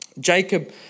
Jacob